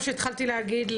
מה שהתחלתי להגיד,